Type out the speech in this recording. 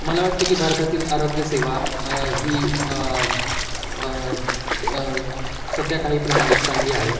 मला वाटते की भारतातील आरोग्यसेवा ही सध्या काही प्रमाणात चांगली आहे